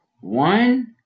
One